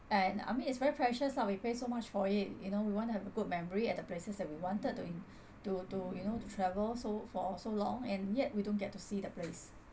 and I mean it's very precious lah we pay so much for it you know we want to have a good memory at the places that we wanted to in~ to to you know to travel so for so long and yet we don't get to see the place